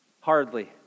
Hardly